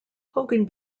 hogan